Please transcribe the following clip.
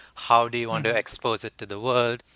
how do you want to expose it to the world,